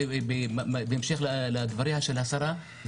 בהמשך לדבריה של השרה,